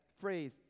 phrase